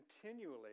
continually